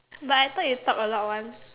but I thought you talk a lot [one]